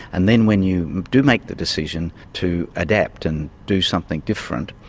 and then when you do make the decision to adapt and do something different,